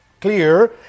Clear